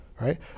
Right